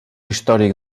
històric